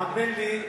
האמן לי,